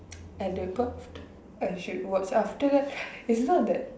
at that point of time I should watch after that it's not that